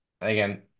again